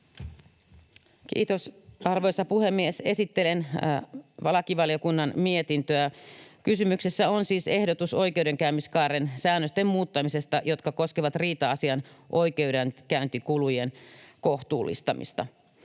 Kiitos, arvoisa puhemies! Esittelen lakivaliokunnan mietintöä. Kysymyksessä on siis ehdotus oikeudenkäymiskaaren säännösten muuttamisesta, jotka koskevat riita-asian oikeudenkäyntikulujen kohtuullistamista.